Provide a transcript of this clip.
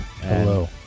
Hello